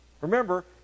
Remember